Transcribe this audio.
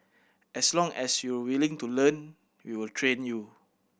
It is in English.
as long as you're willing to learn we will train you